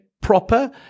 proper